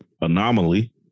anomaly